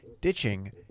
ditching